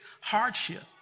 hardship